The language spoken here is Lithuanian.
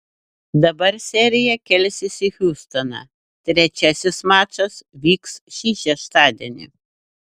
dabar serija kelsis į hjustoną trečiasis mačas vyks šį šeštadienį